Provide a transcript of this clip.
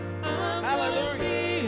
Hallelujah